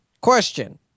Question